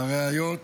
הרעיות והנכדים,